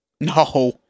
No